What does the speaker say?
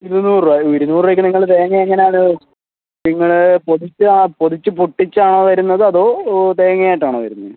ഇരുന്നൂറ് രൂപ ഇരുന്നൂറ് രൂപയ്ക്ക് നിങ്ങൾ തേങ്ങ എങ്ങനെ ആണ് നിങ്ങൾ പൊതിച്ച് പൊതിച്ച് പൊട്ടിച്ച് ആണോ വരുന്നത് അതോ തേങ്ങ ആയിട്ട് ആണോ വരുന്നത്